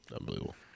Unbelievable